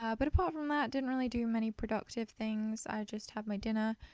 ah but apart from that didn't really do many productive things i just had my dinner,